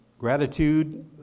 Gratitude